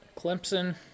Clemson